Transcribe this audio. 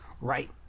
right